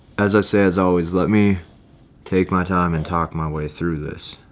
as i say, as always, let me take my time and talk my way through this.